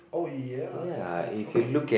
oh yeah definite okay